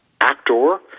actor